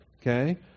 Okay